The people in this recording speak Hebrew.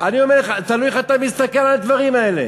אני אומר לך: תלוי איך אתה מסתכל על הדברים האלה.